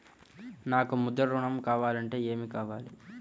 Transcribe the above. నాకు ముద్ర ఋణం కావాలంటే ఏమి కావాలి?